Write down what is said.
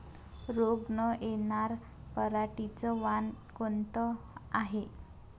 रोग न येनार पराटीचं वान कोनतं हाये?